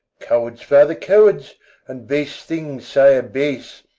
cowards father cowards and base things sire base.